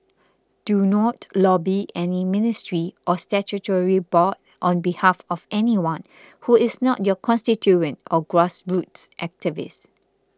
do not lobby any ministry or statutory board on behalf of anyone who is not your constituent or grassroots activist